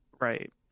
Right